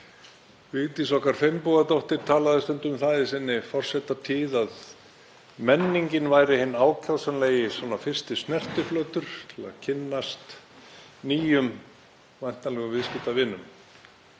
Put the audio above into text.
Vigdís okkar Finnbogadóttir talaði stundum um það í sinni forsetatíð að menningin væri hinn ákjósanlegi fyrsti snertiflötur til að kynnast nýjum væntanlegum viðskiptavinum